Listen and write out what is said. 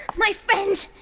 my friend!